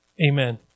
Amen